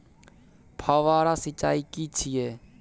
फव्वारा सिंचाई की छिये?